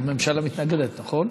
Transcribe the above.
הממשלה מתנגדת, נכון?